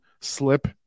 slip